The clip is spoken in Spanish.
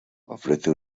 ofrece